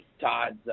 Todd's